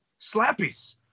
slappies